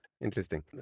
Interesting